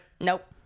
Nope